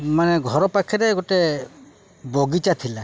ମାନେ ଘର ପାଖରେ ଗୋଟେ ବଗିଚା ଥିଲା